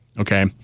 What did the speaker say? Okay